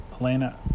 Elena